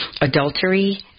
adultery